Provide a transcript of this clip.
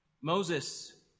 Moses